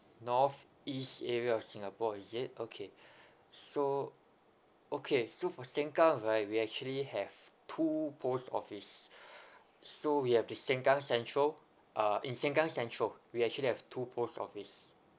north east area of singapore is it okay so okay so for sengkang right we actually have two post office so we have the sengkang central ah in sengkang central we actually have two post office